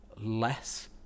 less